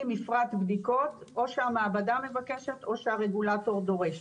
מפרט בדיקות או שהמעבדה מבקשת או שהרגולטור דורש.